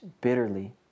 bitterly